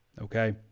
Okay